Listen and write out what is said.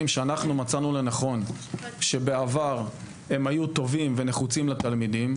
שאנחנו מצאנו שבעבר הם היו טובים ונחוצים לתלמידים,